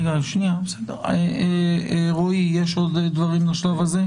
רועי, יש עוד דברים בשלב הזה?